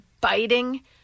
biting